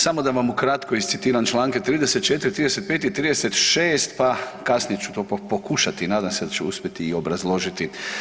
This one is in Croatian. Samo da vam ukratko iscitiram članke 34., 35. i 36. pa kasnije ću to pokušati i nadam se da ću uspjeti i obrazložiti.